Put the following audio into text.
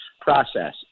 process